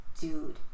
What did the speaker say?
dude